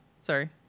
Sorry